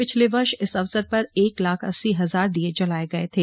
पिछले वर्ष इस अवसर पर एक लाख अस्सी हजार दीये जलाये गये थे